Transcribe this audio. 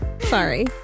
Sorry